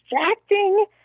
distracting